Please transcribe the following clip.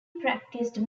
practiced